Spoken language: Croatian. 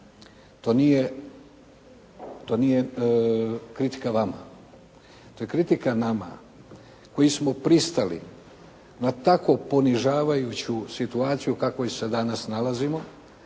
To nije kritika vama, to je kritika nama koji smo pristali na tako ponižavajuću situaciju u kakvoj se danas nalazimo.